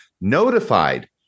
notified